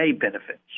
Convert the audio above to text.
benefits